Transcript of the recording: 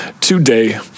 today